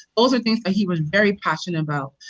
those were things he was very passionate about.